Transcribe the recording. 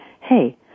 Hey